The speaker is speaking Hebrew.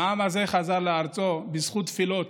והעם הזה חזר לארצו בזכות תפילות,